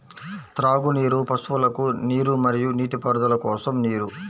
త్రాగునీరు, పశువులకు నీరు మరియు నీటిపారుదల కోసం నీరు